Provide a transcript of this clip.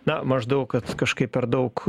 na maždaug kad kažkaip per daug